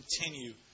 continue